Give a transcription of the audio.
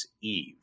Eve